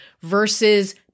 versus